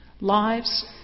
lives